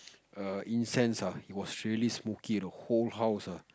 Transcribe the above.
err incense ah it was really smoky the whole house ah